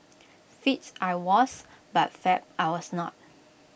fit I was but fab I was not